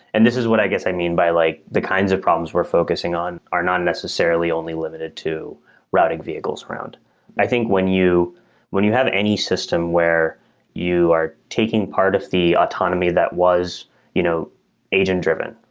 and this is what i guess i mean by like the kinds of problems we're focusing on are not necessarily only limited to routing vehicles around i think when you when you have any system where you are taking part of the autonomy that was you know agent driven,